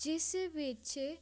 ਜਿਸ ਵਿੱਚ